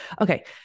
Okay